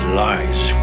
lies